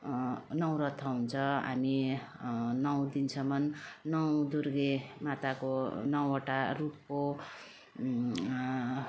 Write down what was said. नौराथा हुन्छ हामी नौ दिनसम्म नौ दुर्गे माताको नौवटा रूपको